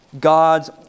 God's